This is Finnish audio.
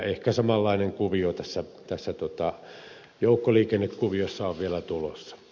ehkä samanlainen kuvio tässä joukkoliikennekuviossa on vielä tulossa